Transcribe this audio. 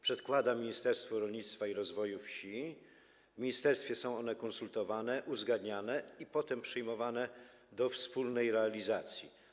Przedkłada je Ministerstwu Rolnictwa i Rozwoju Wsi, w ministerstwie są one konsultowane, uzgadniane i potem przyjmowane do wspólnej realizacji.